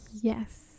Yes